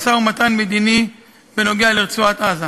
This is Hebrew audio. על רצועת-עזה.